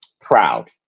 proud